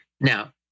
Now